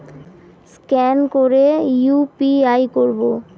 Scan করে কি করে ইউ.পি.আই করবো?